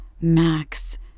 Max